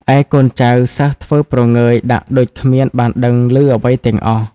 ឯកូនចៅ សិស្សធ្វើព្រងើយហាក់ដូចគ្មានបានដឹងឮអ្វីទាំងអស់។